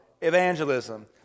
evangelism